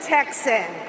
Texan